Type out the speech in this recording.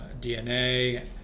DNA